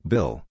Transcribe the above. Bill